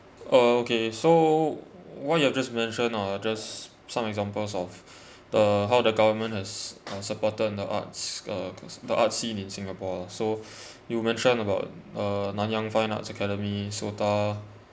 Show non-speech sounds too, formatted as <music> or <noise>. uh okay so what you've just mentioned are just some examples of the how the government has supported in the arts uh the art scene in singapore so <breath> you mentioned about uh nanyang fine arts academy SOTA